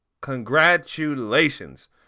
Congratulations